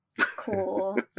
Cool